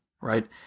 right